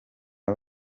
ari